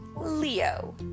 Leo